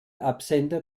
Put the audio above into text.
absender